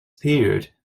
period